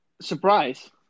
Surprise